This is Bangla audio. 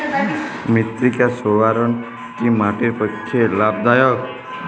মৃত্তিকা সৌরায়ন কি মাটির পক্ষে লাভদায়ক?